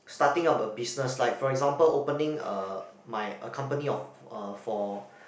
starting up a business like for example opening a my a company of uh for